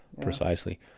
Precisely